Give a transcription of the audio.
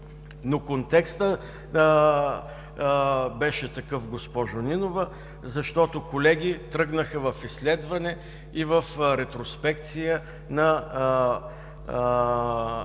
Контекстът беше такъв, госпожо Нинова, защото колеги тръгнаха в изследване и в ретроспекция на анализ